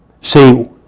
See